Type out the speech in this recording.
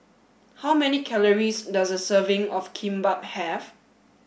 how many calories does a serving of Kimbap have